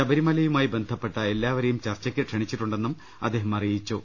ശബരിമലയുമായി ബന്ധപ്പെട്ട എല്ലാവരെയും ചർച്ചയ്ക്ക് ക്ഷണിച്ചിട്ടുണ്ടെന്നും അദ്ദേഹം അറിയിച്ചു